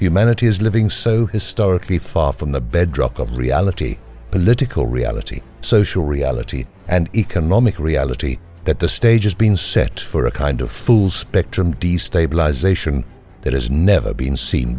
humanity is living so historically far from the bedrock of reality political reality social reality and economic reality that the stage has been set for a kind of fool's spectrum destabilization that has never been seen